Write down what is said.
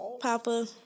Papa